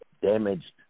damaged